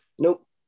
Nope